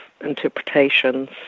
interpretations